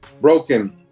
broken